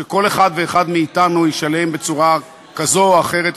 סכום שכל אחד ואחד מאתנו ישלם בצורה כזו או אחרת,